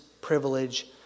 privilege